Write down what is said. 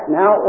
now